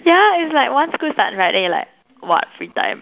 yeah it's like once school starts right then you're like what free time